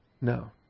No